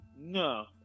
no